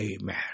Amen